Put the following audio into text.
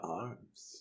arms